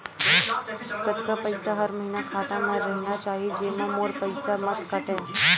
कतका पईसा हर महीना खाता मा रहिना चाही जेमा मोर पईसा मत काटे?